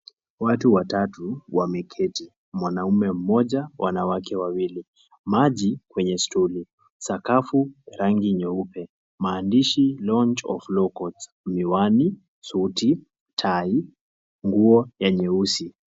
Watu watatu wameketi mwanaume mmoja wanawake wawili maji kwenye stuli sakafu rangi nyeupe maandishi launch of law courts miwani suti tai nguo ya nyeusi.